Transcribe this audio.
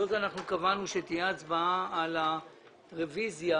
אנחנו קבענו שתהיה הצבעה על הרביזיה,